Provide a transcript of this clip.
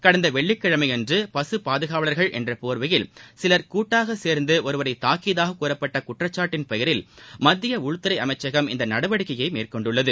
கடந்த வெள்ளிக்கிழமையன்று பசு பாதுகாவலர்கள் என்ற போர்வையில் சிலர் கூட்டாக சேர்ந்து ஒருவரை தாக்கியதாக கூறப்பட்ட குற்றச்சாட்டின் பெயரில் மத்திய உள்துறை அமைச்சகம் இந்த நடவடிக்கையை மேற்கொண்டுள்ளது